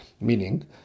meaning